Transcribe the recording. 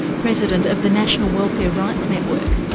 president of the national welfare rights network.